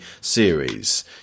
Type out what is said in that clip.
series